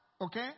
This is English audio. okay